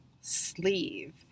sleeve